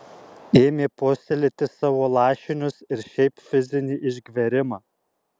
ėmė puoselėti savo lašinius ir šiaip fizinį išgverimą